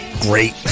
Great